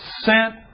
sent